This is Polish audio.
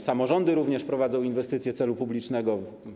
Samorządy również prowadzą inwestycje celu publicznego.